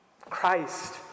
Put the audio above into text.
Christ